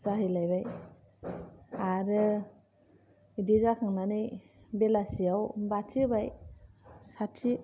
जाहैलायबाय आरो बिदि जाखांनानै बेलासियाव बाथि होबाय साथि